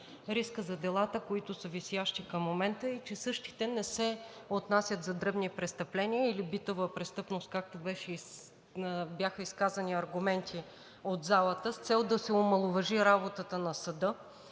рискът за делата, които са висящи към момента, и че същите не се отнасят за дребни престъпления или битова престъпност, както бяха изказани аргументи от залата с цел да се омаловажи работата на съда.